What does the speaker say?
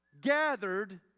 gathered